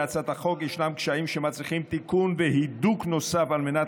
בהצעת החוק ישנם קשיים שמצריכים תיקון והידוק נוסף על מנת